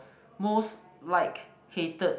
most like hated